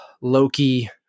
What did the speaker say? Loki